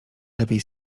lepiej